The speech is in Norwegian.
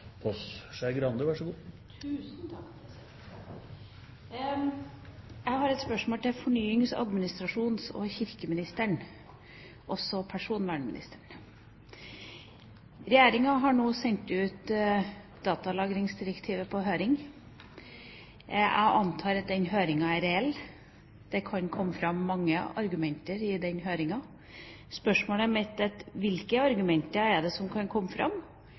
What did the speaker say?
Jeg har et spørsmål til fornyings-, administrasjons- og kirkeministeren – også personvernministeren. Regjeringa har nå sendt ut datalagringsdirektivet på høring. Jeg antar at den høringa er reell. Det kan komme fram mange argumenter i den høringa. Spørsmålet mitt er: Hvilke argumenter er det som kan komme fram,